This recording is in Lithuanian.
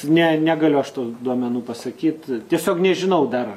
ne negaliu aš tų duomenų pasakyt tiesiog nežinau dar